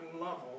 level